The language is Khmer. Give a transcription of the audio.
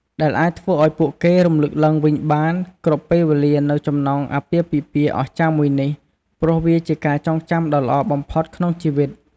ដែលអាចធ្វើឲ្យពួកគេរំលឹកឡើងវិញបានគ្រប់ពេលវេលានូវចំណងអាពាហ៍ពិហ៍អស្ចារ្យមួយនេះ ព្រោះវាជាការចងចាំដ៏ល្អបំផុតក្នុងជិវិត។